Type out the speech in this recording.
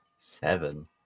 Seven